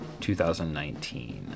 2019